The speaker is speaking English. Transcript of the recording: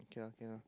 okay lah okay lah